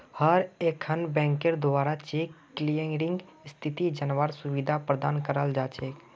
हर एकखन बैंकेर द्वारा चेक क्लियरिंग स्थिति जनवार सुविधा प्रदान कराल जा छेक